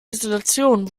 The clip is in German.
isolation